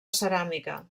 ceràmica